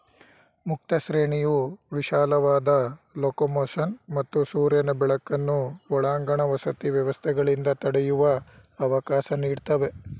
ಮುಕ್ತ ಶ್ರೇಣಿಯು ವಿಶಾಲವಾದ ಲೊಕೊಮೊಷನ್ ಮತ್ತು ಸೂರ್ಯನ ಬೆಳಕನ್ನು ಒಳಾಂಗಣ ವಸತಿ ವ್ಯವಸ್ಥೆಗಳಿಂದ ತಡೆಯುವ ಅವಕಾಶ ನೀಡ್ತವೆ